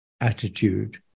attitude